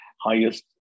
highest